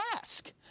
ask